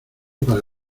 para